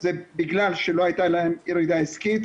זה בגלל שלא הייתה להם ירידה עסקית,